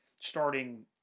starting